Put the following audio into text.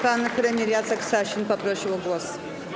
Pan premier Jacek Sasin poprosił o głos.